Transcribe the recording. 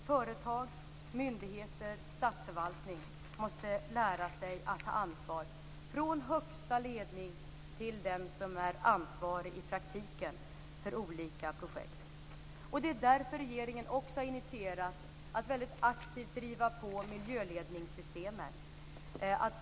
Företag, myndigheter och statsförvaltning måste lära sig att ta ansvar, från högsta ledning till den som är ansvarig för olika projekt i praktiken. Det är därför regeringen också har initierat och väldigt aktivt driver på miljöledningssystemen.